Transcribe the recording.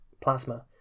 plasma